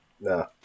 no